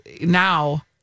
now